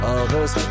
others